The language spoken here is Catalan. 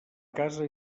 casa